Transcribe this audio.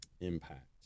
Impact